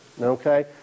okay